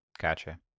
gotcha